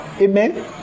amen